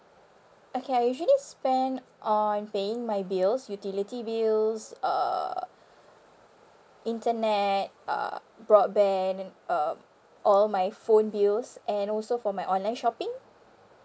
okay I usually spend on paying my bills utility bills uh internet uh broadband and uh all my phone bills and also for my online shopping